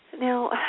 Now